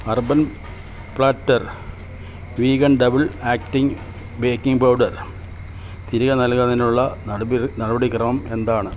urban platter vegan double acting baking powder തിരികെ നൽകുന്നതിനുള്ള നട നടപടിക്രമം എന്താണ്